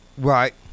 Right